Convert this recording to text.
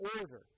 order